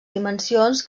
dimensions